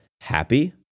happy